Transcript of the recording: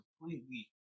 completely